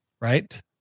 right